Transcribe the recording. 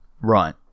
Right